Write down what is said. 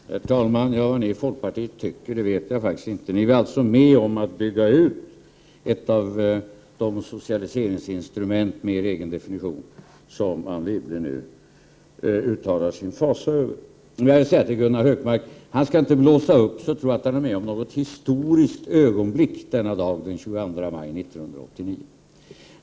Herr talman! Vad ni i folkpartiet tycker vet jag faktiskt inte. Ni var alltså med am att hvooa ut ett av de sacialiserinosinstrument med er eoen NIStOorIskt OgOonDuUCK aenna gag aen ZZ maj 13087.